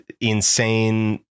insane